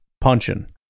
punching